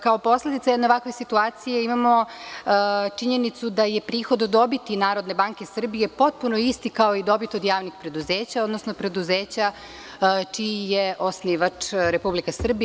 Kao posledicu jedne ovakve situacije imamo činjenicu da je prihod dobiti NBS potpuno isti kao i dobit od javnih preduzeća, odnosno preduzeća čiji je osnivač Republika Srbija.